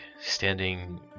standing